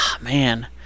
man